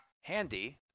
handy